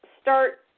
start